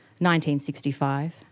1965